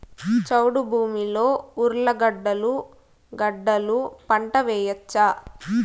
చౌడు భూమిలో ఉర్లగడ్డలు గడ్డలు పంట వేయచ్చా?